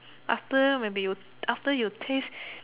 after maybe you after you taste